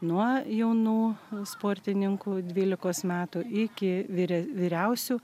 nuo jaunų sportininkų dvylikos metų iki vyre vyriausių